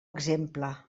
exemple